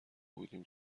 بودیم